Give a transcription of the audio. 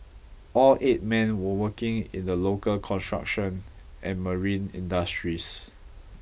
all eight men were working in the local construction and marine industries